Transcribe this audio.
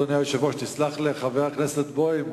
אדוני היושב-ראש, תסלח לחבר הכנסת בוים.